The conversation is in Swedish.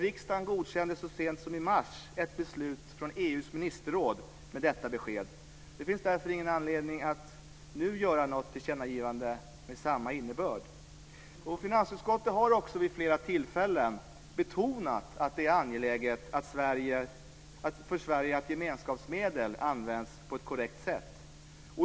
Riksdagen godkände så sent som i mars ett beslut från EU:s ministerråd med detta besked. Det finns därför ingen anledning att nu göra något tillkännagivande med samma innebörd. Finansutskottet har också vid flera tillfällen betonat att det är angeläget för Sverige att gemenskapsmedel används på ett korrekt sätt.